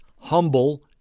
humble